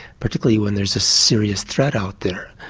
particularly when there's a serious threat out there.